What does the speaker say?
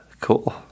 Cool